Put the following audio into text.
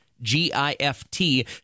G-I-F-T